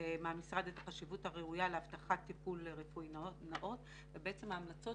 מהמשרד את החשיבות הראויה להבטחת טיפול רפואי נאות ובעצם ההמלצות